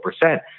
percent